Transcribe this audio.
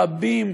רבים,